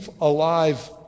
alive